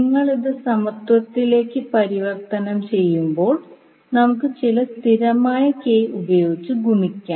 നിങ്ങൾ ഇത് സമത്വത്തിലേക്ക് പരിവർത്തനം ചെയ്യുമ്പോൾ നമുക്ക് ചില സ്ഥിരമായ k ഉപയോഗിച്ച് ഗുണിക്കാം